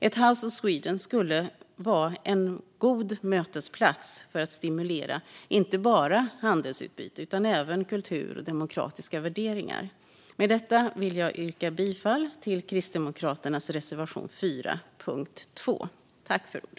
Ett House of Sweden skulle vara en god mötesplats för att stimulera inte bara handelsutbyte utan även kultur och demokratiska värderingar. Med detta vill jag yrka bifall till Kristdemokraternas reservation 4 under punkt 2.